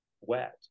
wet